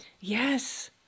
yes